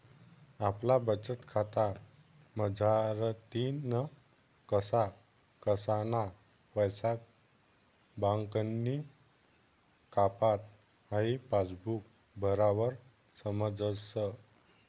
आपला बचतखाता मझारतीन कसा कसाना पैसा बँकनी कापात हाई पासबुक भरावर समजस